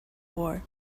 war